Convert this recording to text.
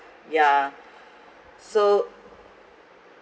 yeah so